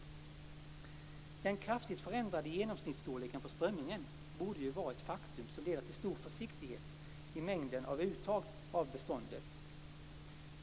Den kraftigt förändrade genomsnittsstorleken på strömmingen borde ju vara ett faktum som leder till stor försiktighet i fråga om mängden av uttag av beståndet.